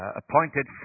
appointed